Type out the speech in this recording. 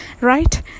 Right